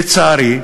לצערי,